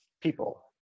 people